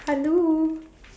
hello